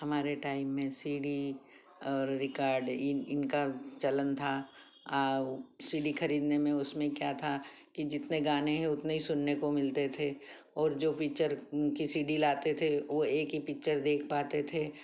हमारे टाइम में C D और रिकॉर्ड इन इनका चलन था और सी डी खरीदने में उसमें क्या था कि जितने गाने हैं उतने ही सुनने को मिलते थे और जो पिक्चर की सी डी लाते थे वो एक ही पिक्चर देख पाते थे